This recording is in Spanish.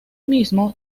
mismo